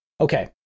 Okay